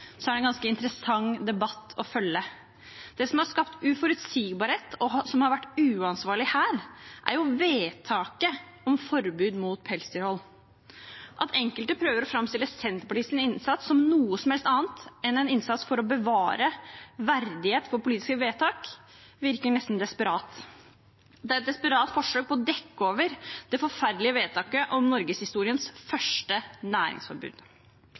følge. Det som har skapt uforutsigbarhet, og som har vært uansvarlig her, er jo vedtaket om forbud mot pelsdyrhold. At enkelte prøver å framstille Senterpartiets innsats som noe som helst annet enn en innsats for å bevare verdighet for politiske vedtak, virker nesten desperat. Det er et desperat forsøk på å dekke over det forferdelige vedtaket om norgeshistoriens første næringsforbud.